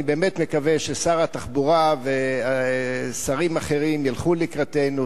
אני באמת מקווה ששר התחבורה ושרים אחרים ילכו לקראתנו